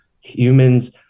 humans